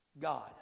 God